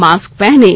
mask पहनें